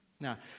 Now